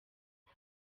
byo